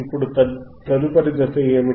ఇప్పుడు తదుపరి దశ ఏమిటి